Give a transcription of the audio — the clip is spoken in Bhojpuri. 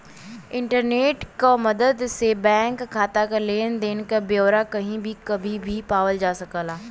इंटरनेट क मदद से बैंक खाता क लेन देन क ब्यौरा कही भी कभी भी पावल जा सकल जाला